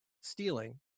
stealing